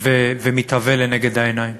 ומתהווה לנגד העיניים.